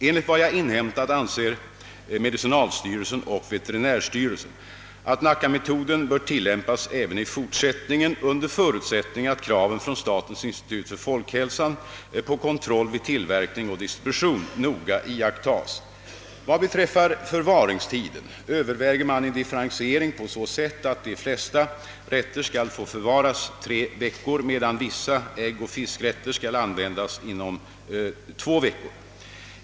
Enligt vad jag inhämtat anser medicinalstyrelsen och = veterinärstyrelsen att Nackametoden bör tillämpas även i fortsättningen under förutsättning att kraven från statens institut för folkhälsan på kontroll vid tillverkning och distribution noga iakttas. Vad beträffar förvaringstiden överväger man en differentiering på så sätt, att de flesta rätter skall få förvaras tre veckor medan vissa äggoch fiskrätter skall användas inom två veckor.